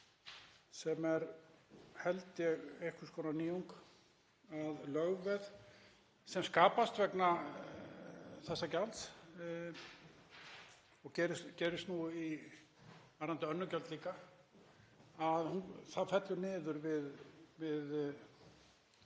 sem er, held ég, einhvers konar nýjung, að lögveð sem skapast vegna þessa gjalds, og gerist nú varðandi önnur gjöld líka, fellur niður við